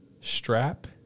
strap